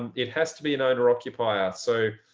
and it has to be an owner occupier. so